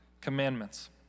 commandments